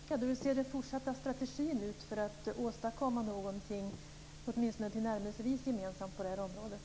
Fru talman! Hur ser, med anledning av detta, den fortsatta strategin ut för att åstadkomma någonting åtminstone tillnärmelsevis gemensamt på det här området?